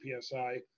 psi